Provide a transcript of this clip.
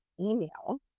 email